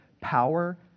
power